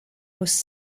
was